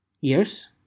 Years